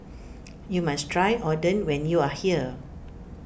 you must try Oden when you are here